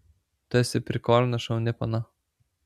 tu esi prikolna šauni pana